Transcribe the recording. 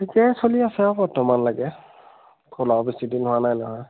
ঠিকে চলি আছে আৰু বৰ্তমানলৈকে খোলাও বেছি দিন হোৱা নাই নহয়